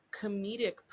comedic